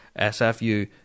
SFU